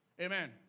Amen